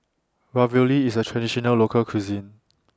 Ravioli IS A Traditional Local Cuisine